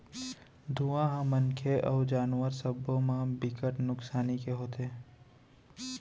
धुंआ ह मनखे अउ जानवर सब्बो म बिकट नुकसानी के होथे